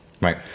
right